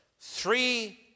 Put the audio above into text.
three